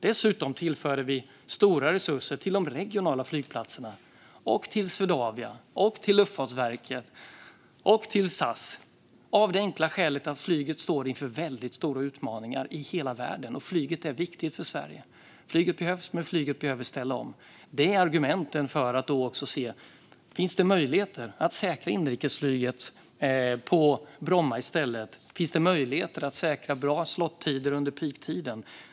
Dessutom tillförde vi stora resurser till de regionala flygplatserna - och till Swedavia och Luftfartsverket och till Statsrådet Ardalan Shekarabi - av det enkla skälet att flyget står inför väldigt stora utmaningar i hela världen, och flyget är viktigt för Sverige. Flyget behövs, men flyget behöver ställa om. Det är också argumenten för att se om det finns möjligheter att säkra inrikesflyget på Bromma i stället. Finns det möjligheter att säkra bra slottider under peaktiden?